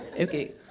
okay